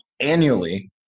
annually